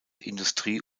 industrie